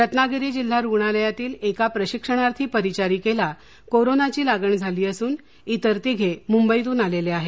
रत्नागिरी जिल्हा रुग्णालयातील एका प्रशिक्षणार्थी परिचारिकेला कोरोनाची लागण झाली असून इतर तिघे मुंबईतून आलेले आहेत